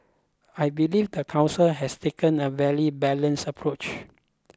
I believe the Council has taken a very balanced approach